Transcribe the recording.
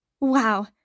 Wow